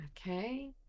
Okay